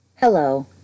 Hello